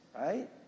right